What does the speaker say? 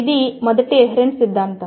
ఇది మొదటి ఎహ్రెన్ఫెస్ట్ సిద్ధాంతం